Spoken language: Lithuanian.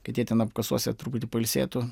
kad jie ten apkasuose truputį pailsėtų